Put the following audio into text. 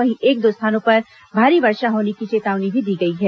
वहीं एक दो स्थानों पर भारी वर्षा होने की चेतावनी भी दी गई है